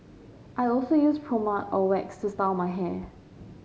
I also use pomade or wax to style my hair